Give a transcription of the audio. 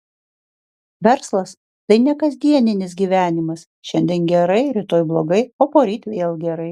verslas tai ne kasdieninis gyvenimas šiandien gerai rytoj blogai o poryt vėl gerai